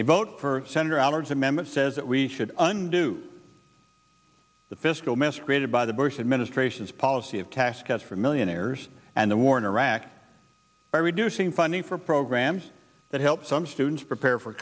vote for senator allen's amendment says that we should unto the fiscal mess created by the bush administration's policy of caskets for millionaires and the war in iraq by reducing funding for programs that help some students prepare for